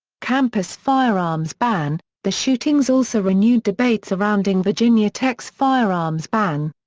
campus firearms ban the shootings also renewed debate surrounding virginia tech's firearms ban.